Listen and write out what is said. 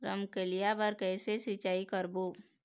रमकलिया बर कइसे सिचाई करबो?